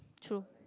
true